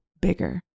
bigger